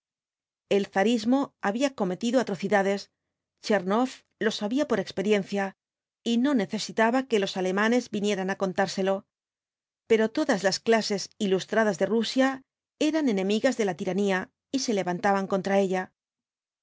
el zarismo había cometido atrocidades tchernoff lo sabía por experiencia y no necesitaba que los alemanes vinieran á contárselo pero todas las clases ilustradas de rusia eran enemigas de la tiranía y se levantaban contra ella